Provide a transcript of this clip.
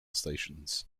stations